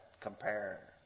compare